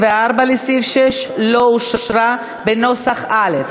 24 לסעיף 6 לא אושרה, בנוסח א'.